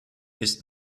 ist